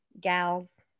gals